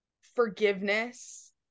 forgiveness